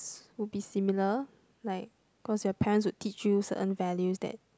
would be similar like cause your parents would teach you certain values that